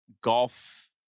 golf